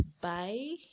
bye